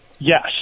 Yes